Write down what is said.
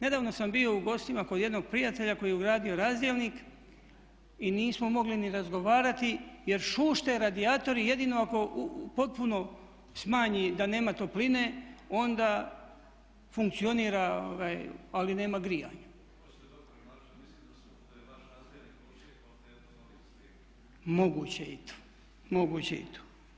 Nedavno sam bio u gostima kod jednog prijatelja koji je ugradio razdjelnik i nismo mogli ni razgovarati jer šušte radijatori jedino ako potpuno smanji da nema topline onda funkcionira ali nema grijanja. … [[Upadica se ne razumije.]] Moguće je i to.